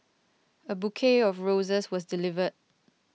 a bouquet of roses was delivered